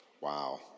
Wow